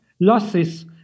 losses